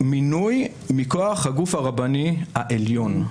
מינוי מכוח הגוף הרבני העליון.